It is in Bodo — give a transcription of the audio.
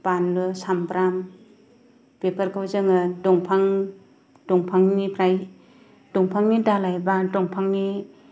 बानलु सामब्राम बेफोरखौ जोङो दंफां दंफांनिफ्राय दंफांनि दालाइ बा दंफांनि